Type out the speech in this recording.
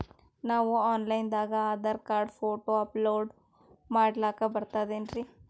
ನಾವು online ದಾಗ Aadhaar card, photo upload ಮಾಡ್ಲಕ ಬರ್ತದೇನ್ರಿ?